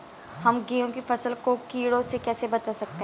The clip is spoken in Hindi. हम गेहूँ की फसल को कीड़ों से कैसे बचा सकते हैं?